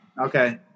Okay